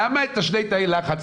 למה את שני תאי הלחץ,